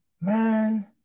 man